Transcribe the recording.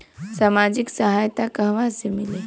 सामाजिक सहायता कहवा से मिली?